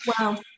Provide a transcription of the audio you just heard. Wow